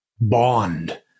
bond